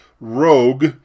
rogue